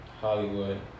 Hollywood